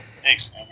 Thanks